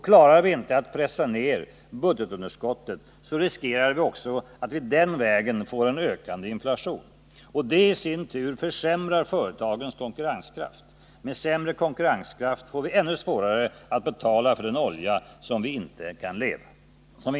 Klarar vi inte att pressa ned budgetunderskottet, riskerar vi att den vägen få en ökande inflation. Det i sin tur försämrar företagens konkurrenskraft. Med sämre konkurrenskraft får vi ännu svårare att betala för den olja som vi inte kan leva förutan.